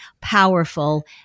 powerful